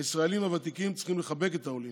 הישראלים הוותיקים צריכים לחבק את העולים,